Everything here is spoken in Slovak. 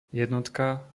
jednotka